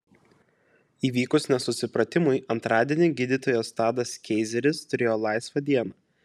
įvykus nesusipratimui antradienį gydytojas tadas keizeris turėjo laisvą dieną